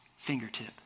Fingertip